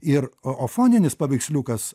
ir o o foninis paveiksliukas